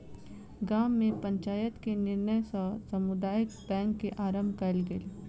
गाम में पंचायत के निर्णय सॅ समुदाय बैंक के आरम्भ कयल गेल